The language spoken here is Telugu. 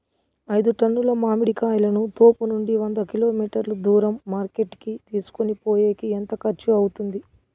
ఐదు టన్నుల మామిడి కాయలను తోపునుండి వంద కిలోమీటర్లు దూరం మార్కెట్ కి తీసుకొనిపోయేకి ఎంత ఖర్చు అవుతుంది?